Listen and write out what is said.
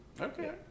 okay